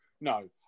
no